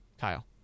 Kyle